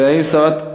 ועדה?